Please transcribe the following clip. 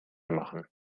machen